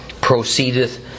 proceedeth